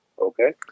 Okay